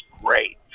Great